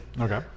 Okay